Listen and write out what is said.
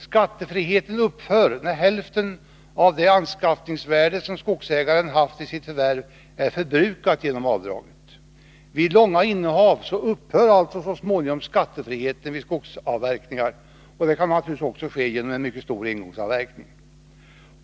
Skattefriheten upphör när hälften av det anskaffningsvärde som skogsägaren haft vid sitt förvärv är förbrukad genom avdraget. Vid långa innehav upphör alltså så småningom skattefriheten för skogsavverkningar. Det kan naturligtvis också ske genom en mycket stor engångsavverkning.